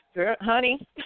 honey